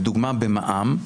לדוגמא, במע"מ,